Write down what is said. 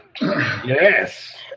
Yes